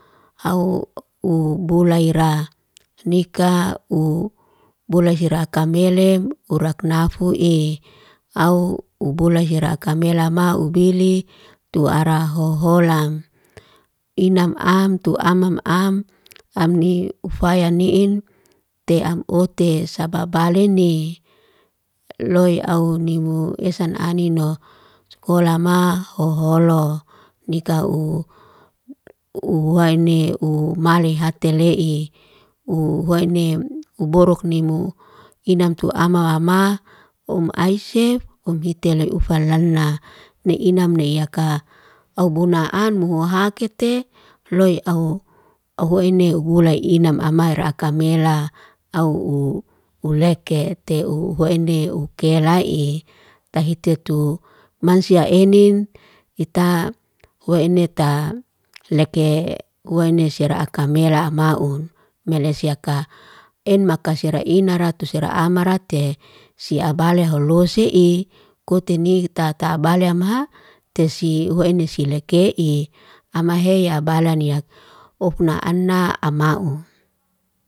Hau u bulaira nika'u, bulai siraka melem, urak nafu'i. Au ubulai hiraka melamau, bili tu ara hoholam. Inam am tu amam am, amni ufaya ni'in te am otes sababalene. Loy au nimu esan anin no, holama hoholo nika'u uhayni umale hatele'i, uu waine uborok nimu. Inam tu amam wama, um aisef um hitualoy ufalal'na. Ne inam ne yaka, aubona an muhuhakete, loy au ho ene ubulai. Inam aman rakamela, au ulekete ufuene ukelay'i. Tahitutu mansia enem ita, hwa eneta leke, huaneste siara'akam melai amaun. Melesyaka en makasarai inara, tuserai ina ratus serai aman rate. Sia baley holose'i, kote ni tatabalya ma, te si hua ene leke'i. Ama heya abalani, yak ofna ana ana amaun.